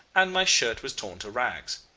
and my shirt was torn to rags.